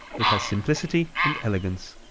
it has simplicity and elegance.